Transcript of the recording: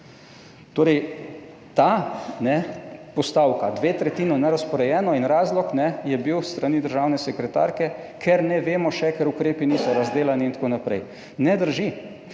Torej, ta postavka, dve tretjini nerazporejeni in razlog je bil s strani državne sekretarke, ker še ne vemo, ker ukrepi niso razdelani in tako naprej. Ne drži.